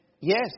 yes